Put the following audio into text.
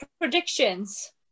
predictions